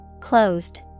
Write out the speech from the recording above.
Closed